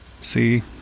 see